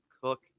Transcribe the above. Cook